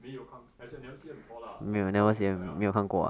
没有看 as in never see her before lah how she look like ah